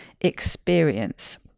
experience